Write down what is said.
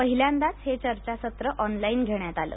पहिल्यांदाच हे चर्चासत्र ऑनलाईन घेण्यात आले